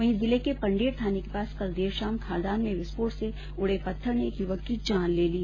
वहीं जिले के पंडेर थाने के पास कल देर शाम खादान में विस्फोट से उडे पत्थर ने एक युवक की जान ले ली